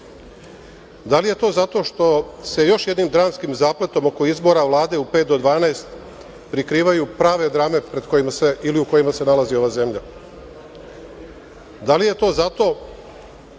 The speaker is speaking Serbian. Da li je to zato što se još jednim dramskim zapletom oko izbora Vlade u pet do 12 prikrivaju prave drame u kojima se nalazi ova zemlja? Da li je to zato